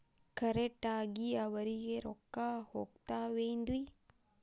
Correct ಆಗಿ ಅವರಿಗೆ ರೊಕ್ಕ ಹೋಗ್ತಾವೇನ್ರಿ?